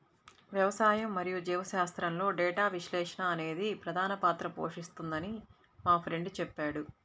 వ్యవసాయం మరియు జీవశాస్త్రంలో డేటా విశ్లేషణ అనేది ప్రధాన పాత్ర పోషిస్తుందని మా ఫ్రెండు చెప్పాడు